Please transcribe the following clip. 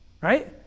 Right